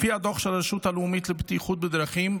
לפי הדוח של הרשות הלאומית לבטיחות בדרכים,